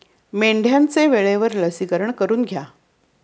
मेंढ्यांचे वेळेवर लसीकरण करून घ्या